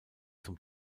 zum